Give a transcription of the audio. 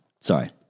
Sorry